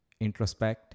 Introspect